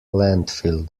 landfill